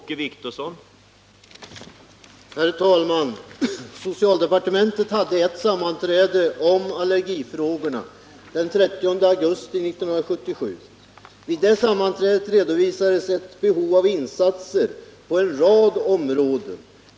Herr talman! Socialdepartementet hade ett sammanträde om allergifrågorna den 30 augusti 1977. Vid det sammanträdet redovisades behov av insatser på en rad områden.